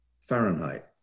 Fahrenheit